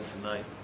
tonight